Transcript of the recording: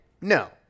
No